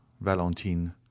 Valentine